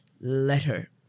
letter